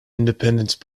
independence